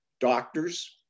Doctors